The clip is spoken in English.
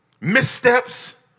missteps